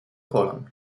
kolan